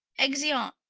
exeunt.